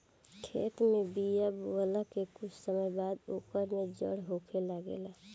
खेत में बिया बोआला के कुछ समय बाद ओकर में जड़ होखे लागेला